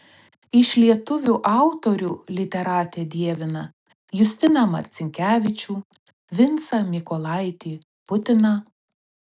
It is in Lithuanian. iš lietuvių autorių literatė dievina justiną marcinkevičių vincą mykolaitį putiną